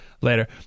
later